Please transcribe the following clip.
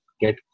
get